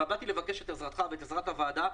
ובאתי לבקש את עזרתך ואת עזרת הוועדה,